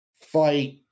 fight